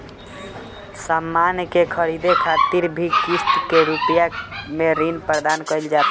सामान के ख़रीदे खातिर भी किस्त के रूप में ऋण प्रदान कईल जाता